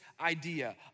idea